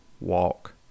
walk